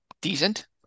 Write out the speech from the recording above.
decent